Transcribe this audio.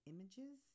Images